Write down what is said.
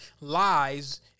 lies